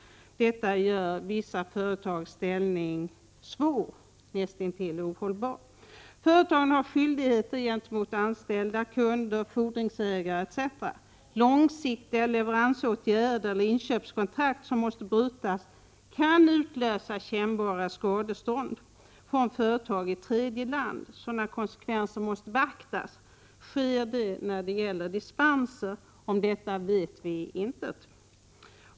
Detta gör vissa företags ställning svår och näst intill ohållbar. Företagen har skyldigheter gentemot anställda, kunder och fordringsägare etc. Långsiktiga leveransåtgärder eller inköpskontrakt som måste brytas kan utlösa kännbara krav på skadestånd från företag i tredje land. Sådana konsekvenser måste beaktas. Sker det när det gäller dispenser? Om detta vet vi intet.